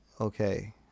okay